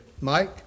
Mike